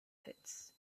pits